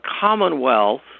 commonwealth